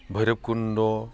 Bhairabkund'